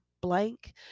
blank